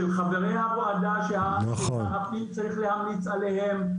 של חברי הוועדה ששר הפנים צריך להמליץ עליהם.